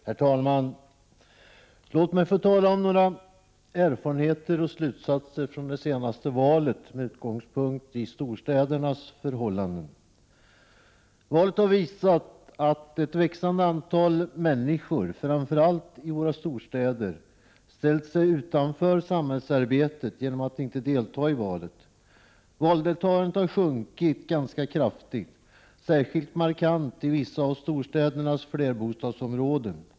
Herr talman! Låt mig, med utgångspunkt i storstädernas förhållanden, redovisa några erfarenheter och slutsatser från det senaste valet. Detta val har visat att ett växande antal människor framför allt i våra storstäder ställt sig utanför samhällsarbetet genom att inte delta i valet. Valdeltagandet har sjunkit granska kraftigt, och detta är särskilt markant i vissa av storstädernas flerbostadsområden.